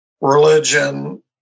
religion